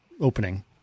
opening